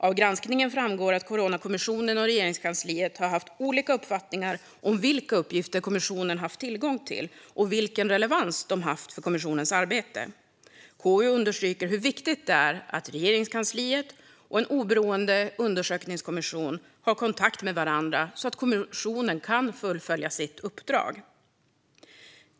Av granskningen framgår att Coronakommissionen och Regeringskansliet har haft olika uppfattningar om vilka uppgifter kommissionen haft tillgång till och vilken relevans de haft för kommissionens arbete. KU understryker hur viktigt det är att Regeringskansliet och en undersökningskommission har kontakt med varandra så att kommissionen kan fullfölja sitt uppdrag.